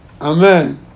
Amen